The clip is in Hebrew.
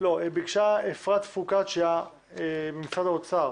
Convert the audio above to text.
ביקשה אפרת פרוקציה ממשרד האוצר.